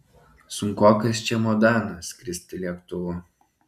sunkokas čemodanas skristi lėktuvu